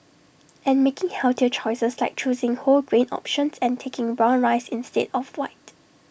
and making healthier choices like choosing whole grain options and taking brown rice instead of white